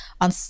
on